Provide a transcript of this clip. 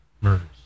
murders